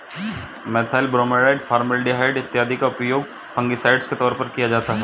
methyl bromide, formaldehyde इत्यादि का उपयोग फंगिसाइड के तौर पर किया जाता है